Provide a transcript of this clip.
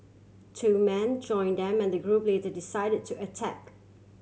two man join them and the group later decided to attack